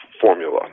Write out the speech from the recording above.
formula